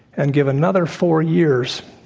and give another four years.